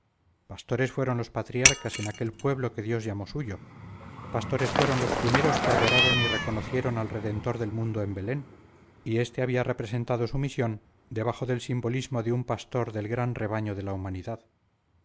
pastores fueron los patriarcas en aquel pueblo que dios llamó suyo pastores fueron los primeros que adoraron y reconocieron al redentor del mundo en belén y este había representado su misión debajo del simbolismo de un pastor del gran rebaño de la humanidad